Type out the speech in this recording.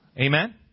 amen